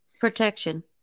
protection